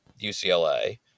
UCLA